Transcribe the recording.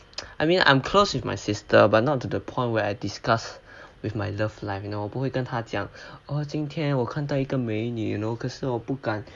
I mean I'm close with my sister but not to the point where I discuss with my love life you know 不会跟她讲我今天我看到一个美女 you know 可是我不敢